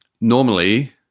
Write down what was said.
normally